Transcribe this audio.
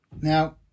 Now